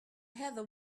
heather